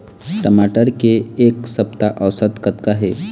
टमाटर के एक सप्ता औसत कतका हे?